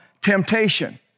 temptation